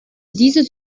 diese